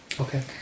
Okay